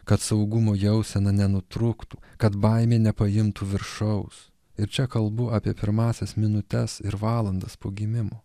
kad saugumo jausena nenutrūktų kad baimė nepaimtų viršaus ir čia kalbu apie pirmąsias minutes ir valandas po gimimo